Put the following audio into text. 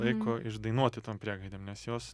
laiko išdainuoti tom priegaidėm nes jos